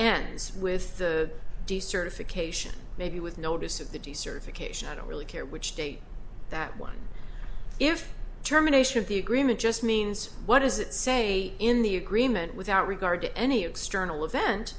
ends with the decertification maybe with notice of the decertification i don't really care which state that one if terminations the agreement just means what does it say in the agreement without regard to any external event